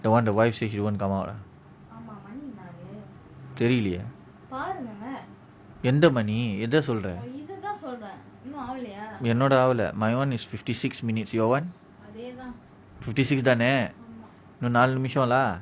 the one the wife said he won't come out ah தேரிலேயே ஏகாந்த மணி ஏத்த சொல்ற என்னோடது ஆவலை:terilayae yeantha mani yeatha solra ennodathu aavala my [one] is fifty six minutes your [one] fifty six தான இன்னும் நாலு நிமிஷம்:thaana inum naalu nimisam lah